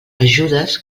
ajudes